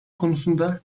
konusunda